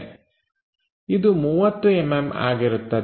ಇದು 30mm ಆಗಿರುತ್ತದೆ